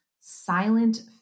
silent